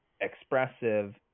expressive